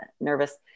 nervous